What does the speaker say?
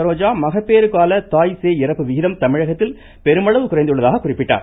சரோஜா மகப்பேறு கால தாய் சேய் இறப்பு விகிதம் தமிழகத்தில் பெருமளவு குறைந்துள்ளதாக குறிப்பிட்டார்